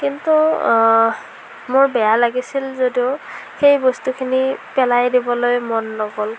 কিন্তু মোৰ বেয়া লাগিছিল যদিও সেই বস্তুখিনি পেলাই দিবলৈ মন নগ'ল